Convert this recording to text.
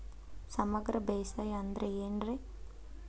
ಸಮಗ್ರ ಬೇಸಾಯ ಅಂದ್ರ ಏನ್ ರೇ?